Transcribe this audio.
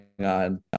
on